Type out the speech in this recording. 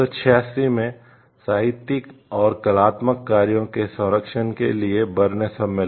1886 में साहित्यिक और कलात्मक कार्यों के संरक्षण के लिए बर्न सम्मेलन